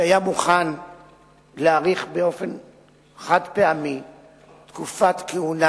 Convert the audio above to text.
שהיה מוכן להאריך באופן חד-פעמי תקופת כהונה